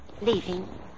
Leaving